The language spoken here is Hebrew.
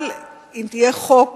אבל אם יהיה חוק